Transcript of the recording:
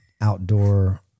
outdoor